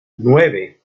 nueve